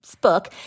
book